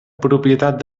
propietat